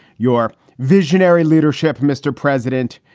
your visionary leadership, mr. president,